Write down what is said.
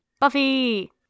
Buffy